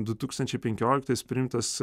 du tūkstančiai penkioliktais priimtas